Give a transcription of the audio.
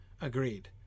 Agreed